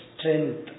Strength